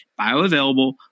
bioavailable